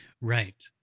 Right